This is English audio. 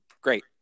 great